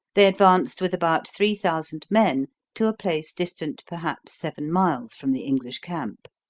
they advanced with about three thousand men to a place distant perhaps seven miles from the english camp.